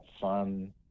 fun